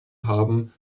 haben